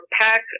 pack